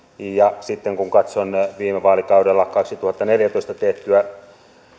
ja sitten kun katson viime vaalikaudella kaksituhattaneljätoista tehtyä